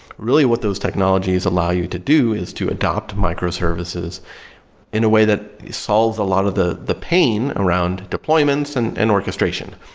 really what those technologies allow you to do is to adopt microservices in a way that solves a lot of the the pain around deployments and and orchestration,